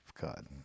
God